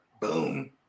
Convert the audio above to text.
Boom